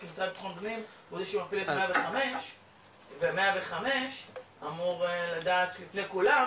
כי המשרד לביטחון פנים הוא מוביל את 105 ו-105 אמור לדעת לפני כולם